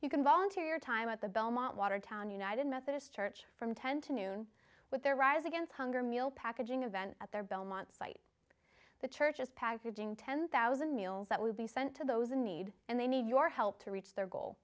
you can volunteer your time at the belmont watertown united methodist church from ten to noon with their rise against hunger meal packaging event at their belmont site the church's packaging ten thousand meals that will be sent to those in need and they need your help to reach their goal